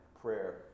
prayer